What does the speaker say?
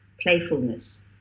playfulness